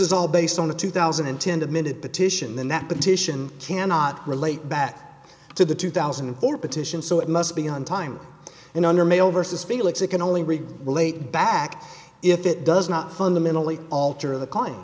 is all based on the two thousand and ten demitted petition then that petition cannot relate back to the two thousand and four petition so it must be on time and under male versus felix it can only read relate back if it does not fundamentally alter the c